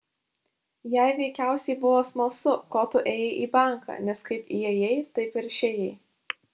jai veikiausiai buvo smalsu ko tu ėjai į banką nes kaip įėjai taip ir išėjai